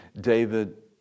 David